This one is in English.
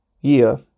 year